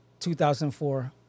2004